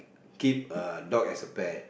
keep a dog as a pet